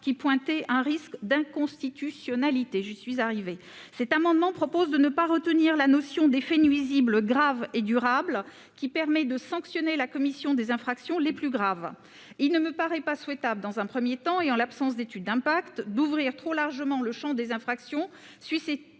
qui pointait un risque d'inconstitutionnalité. L'amendement n° 370 vise à ne pas retenir la notion d'effets nuisibles graves et durables, qui permet de sanctionner la commission des infractions les plus graves. Il ne me paraît pas souhaitable, dans un premier temps et en l'absence d'étude d'impact, d'ouvrir trop largement le champ des infractions